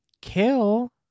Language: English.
kill